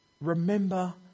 remember